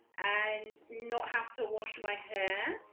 and not have to wash my hair,